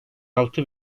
altı